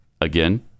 Again